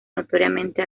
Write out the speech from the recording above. notoriamente